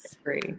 agree